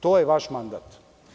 To je vaš mandat.